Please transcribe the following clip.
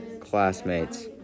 Classmates